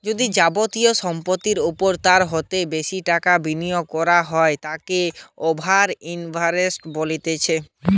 যদি যাবতীয় সম্পত্তির ওপর তার হইতে বেশি টাকা বিনিয়োগ করা হয় তাকে ওভার ইনভেস্টিং বলতিছে